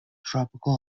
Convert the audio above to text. tropical